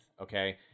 okay